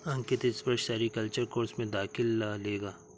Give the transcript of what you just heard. अंकित इस वर्ष sericulture course में दाखिला लेगा